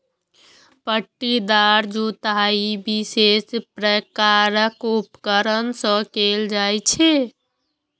पट्टीदार जुताइ विशेष प्रकारक उपकरण सं कैल जाइ छै